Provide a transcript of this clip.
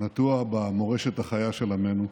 נטוע במורשת החיה של עמנו.